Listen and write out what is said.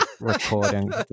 recording